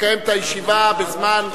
לקיים את הישיבה בזמן,